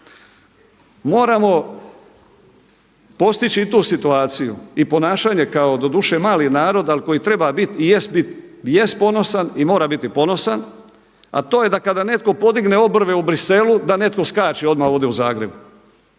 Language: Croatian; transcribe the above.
Moramo postići i tu situaciju i ponašanje kao doduše mali narod ali koji treba biti i jest, biti ponosan i mora biti ponosan, a to je da kada netko podigne obrve u Bruxellesu da netko skače odmah ovdje u Zagrebu.